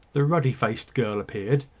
the ruddy-faced girl appeared,